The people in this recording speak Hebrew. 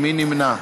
מי נמנע?